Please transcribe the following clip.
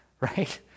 Right